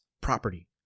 property